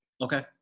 Okay